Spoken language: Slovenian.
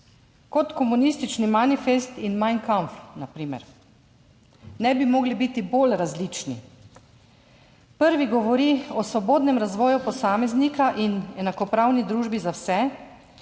kot komunistični manifest in Mein Kampf na primer, ne bi mogli biti bolj različni. Prvi govori o svobodnem razvoju posameznika in enakopravni družbi za vse.